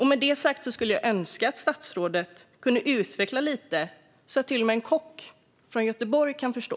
Med detta sagt önskar jag att statsrådet kan utveckla det lite så att till och med en kock från Göteborg kan förstå.